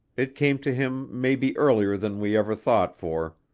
it came to him maybe earlier than we ever thought for,